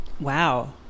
Wow